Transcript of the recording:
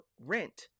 rent